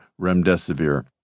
remdesivir